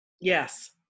Yes